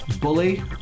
bully